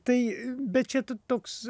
tai bet čia t toks